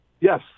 yes